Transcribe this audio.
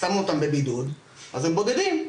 שמנו אותם בבידוד אז הם בודדים.